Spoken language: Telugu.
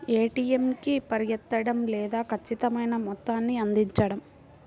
ఏ.టీ.ఎం కి పరిగెత్తడం లేదా ఖచ్చితమైన మొత్తాన్ని అందించడం